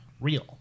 real